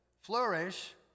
flourish